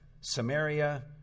Samaria